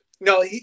no